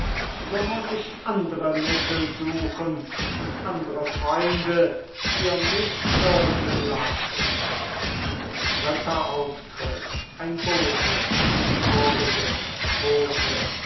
so muß ich andre mittel suchen und andre freunde für mich wirken lassen ein bote zu den vorigen bote